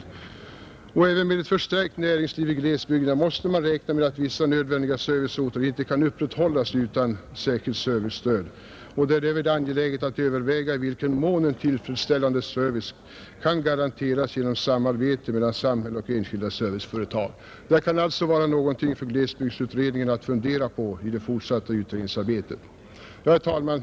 Reservanterna säger vidare: ”Även med ett förstärkt näringsliv i glesbygderna måste man räkna med att vissa nödvändiga serviceorter inte kan upprätthållas utan särskilt servicestöd. Det är härvid angeläget att överväga i vilken mån en tillfredsställande service kan garanteras genom samarbete mellan samhälle och enskilda serviceföretag.” Detta kan vara något för glesbygdsutredningen att fundera på vid det fortsatta utredningsarbetet. Herr talman!